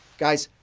guys,